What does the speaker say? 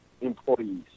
employees